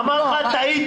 אמר לך 'טעיתי'.